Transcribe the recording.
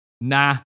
Nah